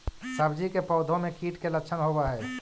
सब्जी के पौधो मे कीट के लच्छन होबहय?